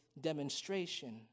demonstration